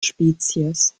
spezies